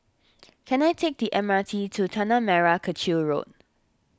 can I take the M R T to Tanah Merah Kechil Road